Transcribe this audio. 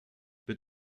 wird